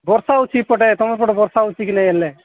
ବର୍ଷା ହେଉଛି ଏପଟେ ତୁମ ପଟେ ବର୍ଷା ହେଉଛି କି ନାଇଁ ହେଲେ